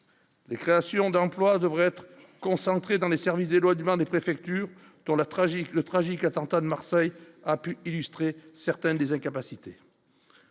Les créations d'emplois devraient être concentrés dans les services et devant les préfectures dans la tragique le tragique attentat de Marseille a pu illustrer certaines des incapacités.